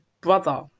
brother